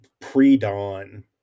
pre-dawn